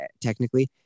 technically